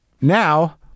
now